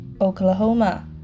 Oklahoma